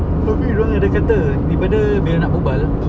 tapi roy ada kata daripada dia nak berbual